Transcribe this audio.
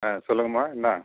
ஆ சொல்லுங்கம்மா என்ன